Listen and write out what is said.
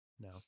No